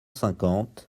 cinquante